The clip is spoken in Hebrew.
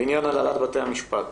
לעניין הנהלת בתי המשפט